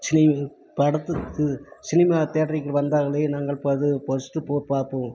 C படத்துக்கு cinema தேட்ருக்கு வந்தாலே நாங்கள் பது பஸ்ட்டு போய் பார்ப்போம்